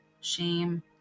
shame